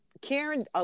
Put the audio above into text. Karen